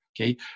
Okay